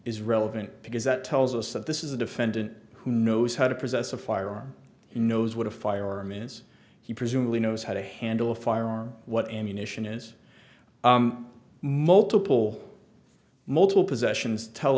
is relevant because that tells us that this is a defendant who knows how to possess a firearm knows what a firearm is he presumably knows how to handle a firearm what ammunition is multiple multiple possessions tell